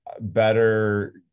better